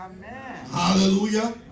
Hallelujah